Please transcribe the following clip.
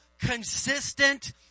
consistent